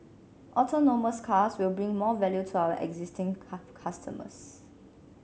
autonomous cars will bring more value to our existing customers